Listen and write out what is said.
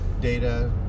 data